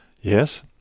Yes